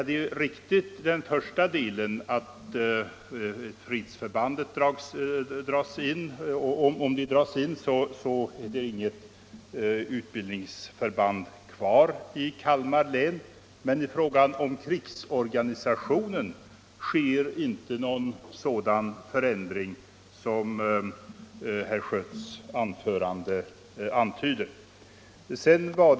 Det är riktigt att om fredsförbandet dras in finns det inget utbildningsförband kvar i Kalmar län, men i fråga om krigsorganisationen blir det inte någon sådan förändring som herr Schött antyder.